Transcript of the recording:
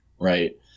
right